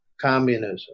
communism